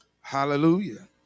Hallelujah